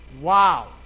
Wow